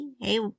hey